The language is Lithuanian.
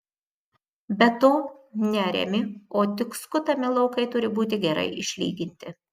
be to neariami o tik skutami laukai turi būti gerai išlyginti